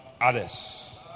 others